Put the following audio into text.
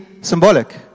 symbolic